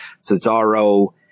Cesaro